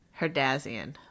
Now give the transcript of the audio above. herdazian